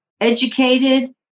educated